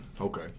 Okay